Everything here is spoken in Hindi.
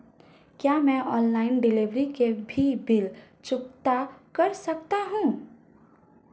क्या मैं ऑनलाइन डिलीवरी के भी बिल चुकता कर सकता हूँ?